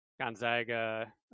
Gonzaga